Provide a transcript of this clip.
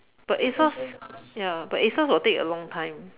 but A_S_O_S ya but A_S_O_S will take a long time